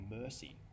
mercy